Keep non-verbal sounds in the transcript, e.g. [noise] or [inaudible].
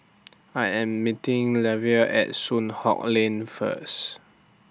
I Am meeting [unintelligible] At Soon Hock Lane First